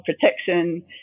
protection